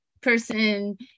person